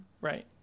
Right